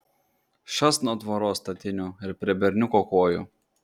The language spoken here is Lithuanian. šast nuo tvoros statinių ir prie berniuko kojų